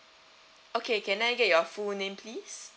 okay can I get your full name please